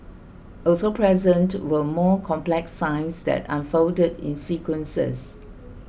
also present were more complex signs that unfolded in sequences